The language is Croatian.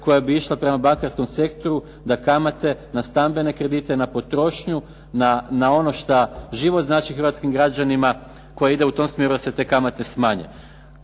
koja bi išla prema bankarskom sektoru da kamate na stambene kredite na potrošnju, na ono što život znači hrvatskim građanima koji idu u tom smjeru da se te kamate smanje.